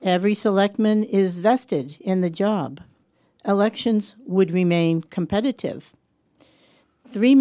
every selectman is vested in the job elections would remain competitive three